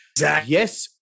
yes